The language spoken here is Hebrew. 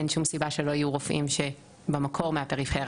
אין שום סיבה שלא יהיו רופאים שבמקור מהפריפריה,